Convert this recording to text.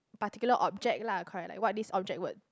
particular object lah correct like what this object would